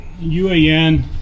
UAN